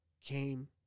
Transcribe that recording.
came